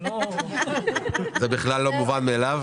זה לא --- זה בכלל לא מובן מאליו.